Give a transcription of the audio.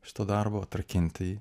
šito darbo atrakinti jį